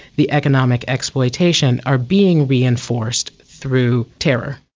the economic exploitation, are being reinforced through terror.